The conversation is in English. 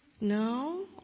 No